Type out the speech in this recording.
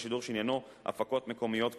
השידור שעניינו "הפקות מקומיות קנויות".